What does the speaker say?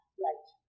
right